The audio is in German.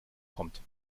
kommt